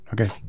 Okay